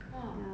!wah!